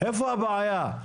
איפה הבעיה?